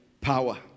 power